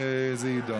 זה יידון.